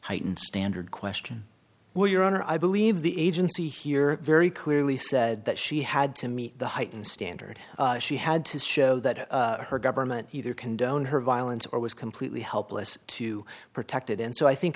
heightened hiten standard question well your honor i believe the agency here very clearly said that she had to meet the heightened standard she had to show that her government either condoned her violence or was completely helpless to protect it and so i think